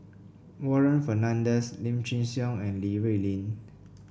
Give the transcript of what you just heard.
Warren Fernandez Lim Chin Siong and Li Rulin